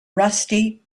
rusty